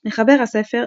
מחבר הספר,